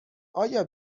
آیا